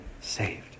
saved